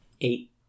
Eight